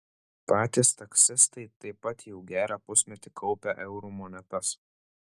patys taksistai taip pat jau gerą pusmetį kaupia eurų monetas